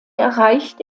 erreichte